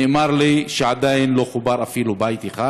נאמר לי שעדיין לא חובר אפילו בית אחד.